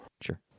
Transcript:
Sure